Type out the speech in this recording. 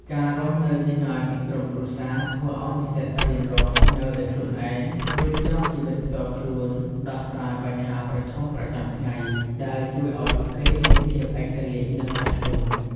ការរស់នៅឆ្ងាយពីក្រុមគ្រួសារ ធ្វើឲ្យនិស្សិតរៀនរស់នៅដោយខ្លួនឯង រៀបចំជីវិតផ្ទាល់ខ្លួន ដោះស្រាយបញ្ហាប្រឈមប្រចាំថ្ងៃ ដែលជួយឲ្យពួកគេមានភាពឯករាជ្យ និងចាស់ទុំ។